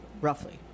Roughly